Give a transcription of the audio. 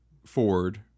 Ford